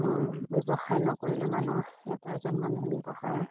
ব্যৱসায় নকৰিলে মানুহ এটা এজন মানুহে ব্যৱসায়